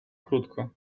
krótko